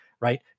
right